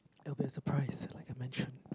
it will be a surprise like I mentioned